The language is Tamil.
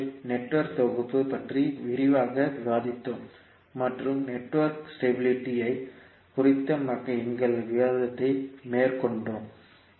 இந்த அமர்வில் நெட்வொர்க் தொகுப்பு பற்றி விரிவாக விவாதித்தோம் மற்றும் நெட்வொர்க் ஸ்டெபிளிட்டி ஐ குறித்த எங்கள் விவாதத்தை மேற்கொண்டோம்